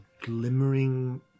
glimmering